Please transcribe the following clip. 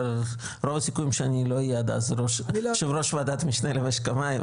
רוב הסיכויים שאני לא אהיה עד אז יושב ראש ועדת משנה למשק המים,